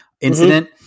incident